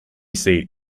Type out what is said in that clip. seat